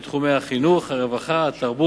הפיס לשנת 2008 עולה שמתוך 19 מיליון ש"ח שניתנו לפעולות